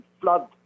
flood